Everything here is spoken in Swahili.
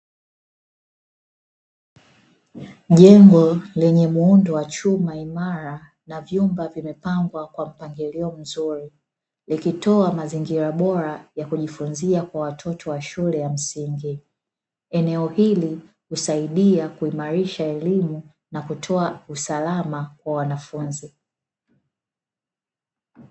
Jengo lenye muundo wa chuma imara na vyumba vimepangwa kwa mpangilio mzuri, likitoa mazingira bora ya kujifunzia kwa watoto wa shule ya msingi. Eneo hili husaidia kuimarisha elimu na kutoa usalama kwa wanafunzi.